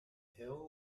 hill